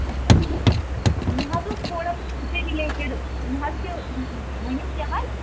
مےٚ حظ اوس تھوڑا رِلیٹِڈ مےٚ حظ چھِ ؤنِو کیٚاہ حظ